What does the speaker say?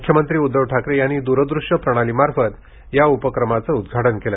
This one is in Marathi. मृख्यमंत्री उद्धव ठाकरे यांनी दूरदृष्य प्रणालीमार्फत या उपक्रमाच उद्घाटन केलं